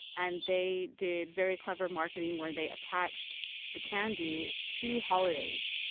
and they did very clever marketing where they attached the candy to holidays.